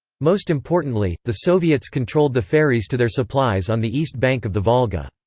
most importantly, the soviets controlled the ferries to their supplies on the east bank of the volga.